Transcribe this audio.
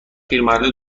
پیرمرده